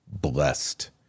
blessed